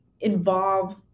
involve